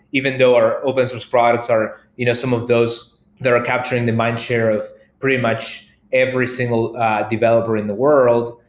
even though our open source products are you know some of those they're capturing the mindshare of pretty much every single developer in the world.